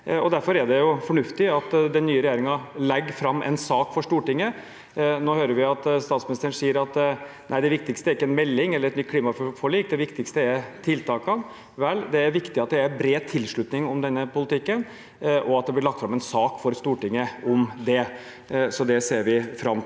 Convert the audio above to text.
Derfor er det fornuftig at den nye regjeringen legger fram en sak for Stortinget. Vi hørte statsministeren si at det viktigste er ikke en melding eller et nytt klimaforlik, det viktigste er tiltakene. Vel, det er viktig at det er bred tilslutning til denne politikken, og at det blir lagt fram en sak for Stortinget om dette. Det ser vi fram til,